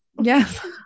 Yes